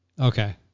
Okay